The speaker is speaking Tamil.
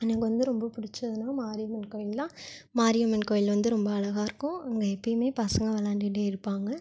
எனக்கு வந்து ரொம்ப பிடிச்சதுனா மாரியம்மன் கோவில் தான் மாரியம்மன் கோவில் வந்து ரொம்ப அழகாக இருக்கும் அங்கே எப்போயுமே பசங்க விளையாண்டுட்டே இருப்பாங்க